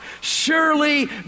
surely